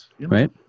Right